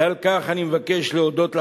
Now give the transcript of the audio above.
ועל כך אני מבקש להודות לכם,